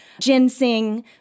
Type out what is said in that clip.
ginseng